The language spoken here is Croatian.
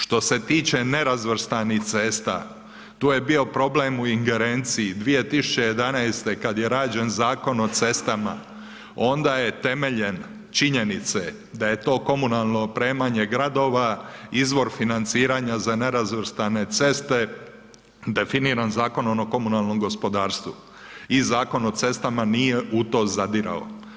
Što se tiče nerazvrstanih cesta tu je bio problem u ingerenciji, 2011. kad je rađen Zakon o cestama onda je temeljem, činjenica je da je to komunalno opremanje gradova izvor financiranja za nerazvrstane ceste definiran Zakonom o komunalnom gospodarstvu i Zakon o cestama nije u to zadirao.